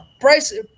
price